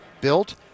built